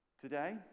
Today